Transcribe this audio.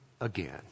again